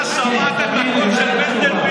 אתה שמעת את מנדלבליט,